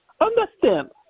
Understand